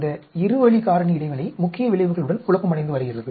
இந்த இரு வழி காரணி இடைவினை முக்கிய விளைவுகளுடன் குழப்பமடைந்து இருக்கிறது